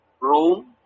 room